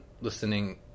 listening